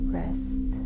rest